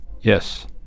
Yes